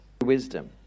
wisdom